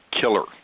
killer